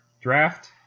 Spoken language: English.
draft